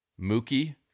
Mookie